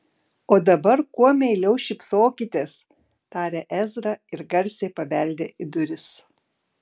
o dabar kuo meiliau šypsokitės tarė ezra ir garsiai pabeldė į duris